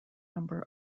number